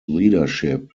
leadership